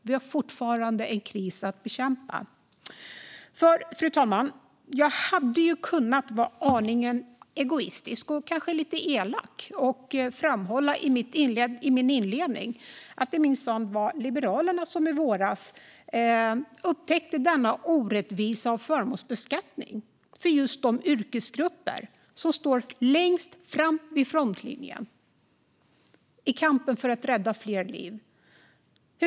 Vi har fortfarande en kris att bekämpa. Fru talman! Jag hade kunnat vara aningen egoistisk, och kanske lite elak, och i min inledning ha framhållit att det minsann var Liberalerna som i våras upptäckte denna orättvisa med förmånsbeskattning för just de yrkesgrupper som står längst fram, i frontlinjen, i kampen för att rädda fler liv.